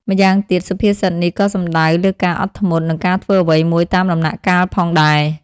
ម្យ៉ាងទៀត សុភាសិតនេះក៏សំដៅលើការអត់ធ្មត់ និងការធ្វើអ្វីមួយតាមដំណាក់កាលផងដែរ។